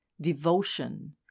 devotion